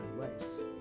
advice